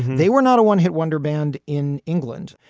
they were not a one hit wonder band in england.